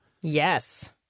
Yes